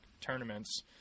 tournaments